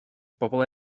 bobl